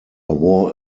wore